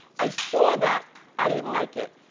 i saw that, i didn't like it,